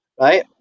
right